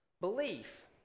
belief